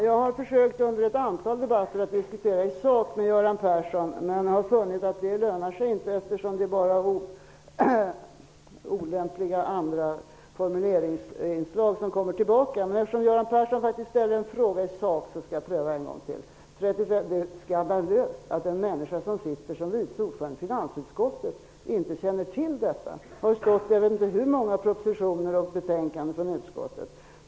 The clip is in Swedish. Fru talman! Jag har under ett antal debatter försökt att diskutera i sak med Göran Persson, men jag har funnit att det inte lönar sig, eftersom han bara svarar med olämpliga formuleringar. Nu ställde faktiskt Göran Persson en sakfråga, så därför skall jag försöka en gång till. Det är skandalöst att en människa som är vice ordförande i finansutskottet inte känner till det som har stått i jag vet inte hur många propositioner från regeringen och betänkanden från utskottet.